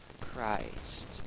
Christ